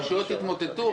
הרשויות התמוטטו,